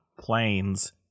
Planes